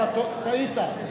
טעית?